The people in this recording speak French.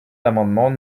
l’amendement